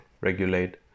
regulate